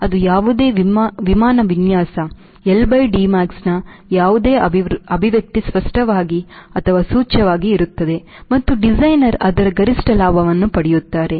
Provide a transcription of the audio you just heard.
ಅದು ಯಾವುದೇ ವಿಮಾನ ವಿನ್ಯಾಸ LDmax ನ ಯಾವುದೇ ಅಭಿವ್ಯಕ್ತಿ ಸ್ಪಷ್ಟವಾಗಿ ಅಥವಾ ಸೂಚ್ಯವಾಗಿ ಇರುತ್ತದೆ ಮತ್ತು ಡಿಸೈನರ್ ಅದರ ಗರಿಷ್ಠ ಲಾಭವನ್ನು ಪಡೆಯುತ್ತಾರೆ